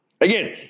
Again